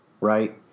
right